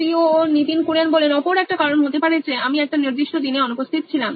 নীতিন কুরিয়ান সি ও ও নোইন ইলেকট্রনিক্স অপর একটা কারণ হতে পারে যে আমি একটা নির্দিষ্ট দিনে অনুপস্থিত ছিলাম